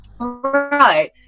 Right